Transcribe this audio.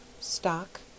Stock